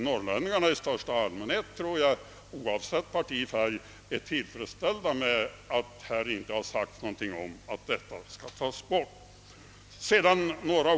Norrlänningarna i största allmänhet, oavsett partifärg, är tillfredsställda med att här inte har sagts något om att mjölkpristillägget skall tas bort.